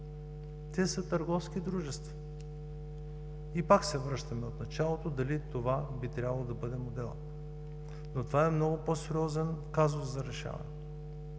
Те са търговски дружества. И пак се връщаме в началото: дали това би трябвало да бъде моделът? Но това е много по-сериозен казус за решаване